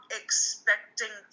expecting